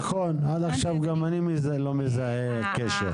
נכון, עד עכשיו גם אני לא מזהה קשר.